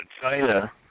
China